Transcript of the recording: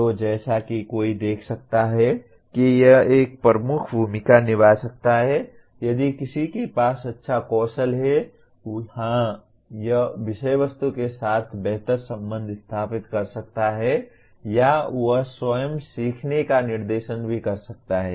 तो जैसा कि कोई देख सकता है कि यह एक प्रमुख भूमिका निभा सकता है यदि किसी के पास अच्छा कौशल है हाँ वह विषय वस्तु के साथ बेहतर संबंध स्थापित कर सकता है या वह स्वयं सीखने का निर्देशन भी कर सकता है